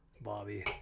Bobby